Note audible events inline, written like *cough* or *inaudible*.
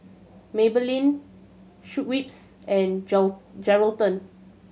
Maybelline Schweppes and *unintelligible* Geraldton